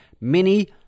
mini